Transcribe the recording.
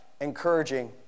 Encouraging